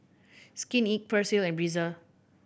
Skin Inc Persil and Breezer